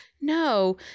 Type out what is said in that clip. No